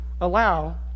allow